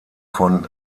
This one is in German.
von